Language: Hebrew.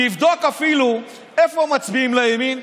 תבדוק אפילו איפה מצביעים לימין,